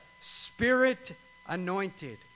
Spirit-anointed